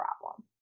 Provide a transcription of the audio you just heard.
problem